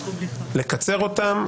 לקצר אותם.